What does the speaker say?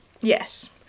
Yes